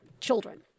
children